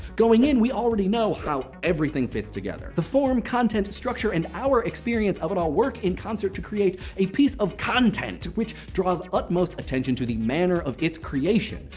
going in, we already know how everything fits together. the form, content, structure, and our experience of it all work in concert to create a piece of content which draws utmost attention to the manner of its creation,